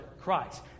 Christ